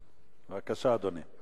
בבקשה, אדוני.